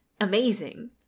amazing